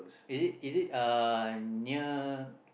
is it is it uh near